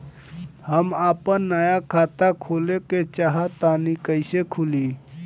हम आपन नया खाता खोले के चाह तानि कइसे खुलि?